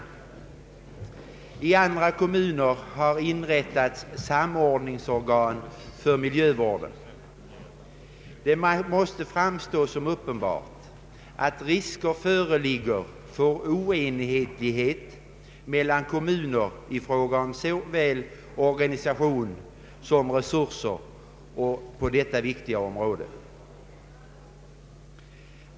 I andra kommuner har inrättats samordningsorgan för miljövården. Det måste framstå som uppenbart att risk föreligger för oenhetlighet mellan kommuner i fråga om såväl organisation som resurser på detta viktiga område.